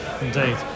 indeed